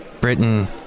Britain